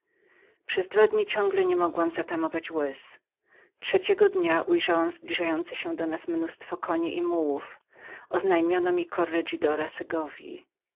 przez dwa dni ciągle nie mogłam zatamować łez trzeciego dnia ujrzałam zbliżające się do nas mnóstwo koni i mułów oznajmiono mi korregidora